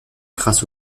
grâce